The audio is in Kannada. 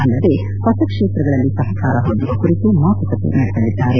ಅಲ್ಲದೆ ಹೊಸ ಕ್ಷೇತ್ರಗಳಲ್ಲಿ ಸಹಕಾರ ಹೊಂದುವ ಕುರಿತು ಮಾತುಕತೆ ನಡೆಸಲಿದ್ದಾರೆ